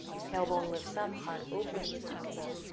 tailbone lifts up, heart opens out.